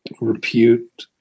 repute